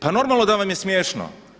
Pa normalno da vam je smiješno.